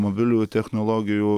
mobilių technologijų